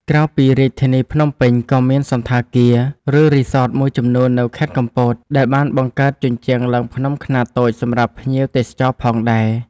ក្រៅពីរាជធានីភ្នំពេញ ក៏មានសណ្ឋាគារ ឬរីសតមួយចំនួននៅខេត្តកំពត ដែលបានបង្កើតជញ្ជាំងឡើងភ្នំខ្នាតតូចសម្រាប់ភ្ញៀវទេសចរផងដែរ។